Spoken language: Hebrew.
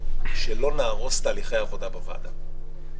שלא נהרוס תהליכי עבודה בוועדה.